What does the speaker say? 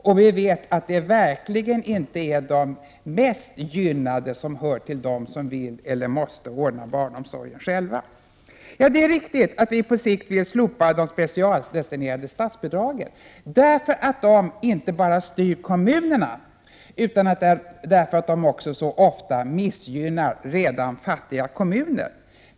Och vi vet att det verkligen inte är de mest gynnade som hör till dem som vill eller måste ordna barnomsorgen själva. Det är riktigt att vi på sikt vill slopa de specialdestinerade statsbidragen, därför att de inte bara styr kommunerna utan därför att de så ofta också missgynnar redan fattiga kommuner.